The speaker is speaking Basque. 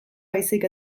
baizik